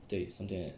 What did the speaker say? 对 something like that